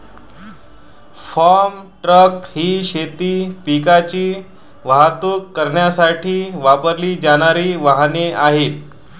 form truck ही शेती पिकांची वाहतूक करण्यासाठी वापरली जाणारी वाहने आहेत